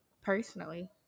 Personally